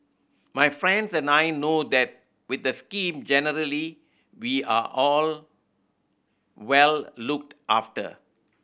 my friends and I know that with the scheme generally we are all well looked after